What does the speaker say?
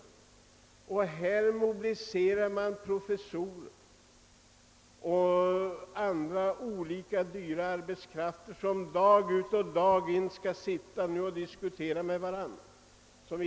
Professorer och andra höga inkomsttagare sysselsätts nu med att dag ut och dag in diskutera fall av detta slag.